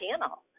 channel